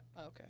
Okay